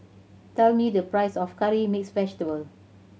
tell me the price of curry mix vegetable